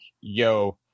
yo